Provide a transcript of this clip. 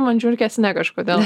man žiurkės ne kažkodėl